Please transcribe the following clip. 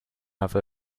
have